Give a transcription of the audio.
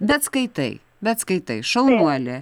bet skaitai bet skaitai šaunuolė